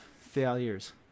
failures